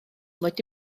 wedi